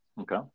okay